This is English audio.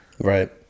Right